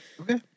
Okay